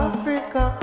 Africa